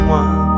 one